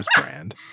brand